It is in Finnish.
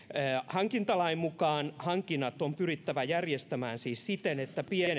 hankintalain mukaan hankinnat on pyrittävä järjestämään siis siten